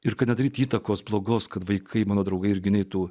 ir kad nedaryti įtakos blogos kad vaikai mano draugai irgi neitų